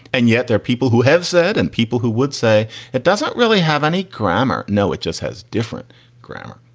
and yet there are people who have said and people who would say it doesn't really have any grammar. no, it just has different grammar.